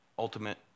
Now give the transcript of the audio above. ultimate